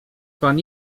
pan